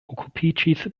okupiĝis